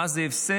מה זה הפסד